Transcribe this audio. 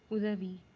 உதவி